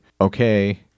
okay